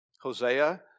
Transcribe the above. Hosea